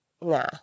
Nah